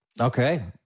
Okay